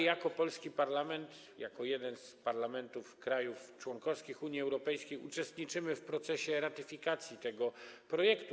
Jako polski parlament, jako jeden z parlamentów krajów członkowskich Unii Europejskiej uczestniczymy w procesie ratyfikacji tego projektu.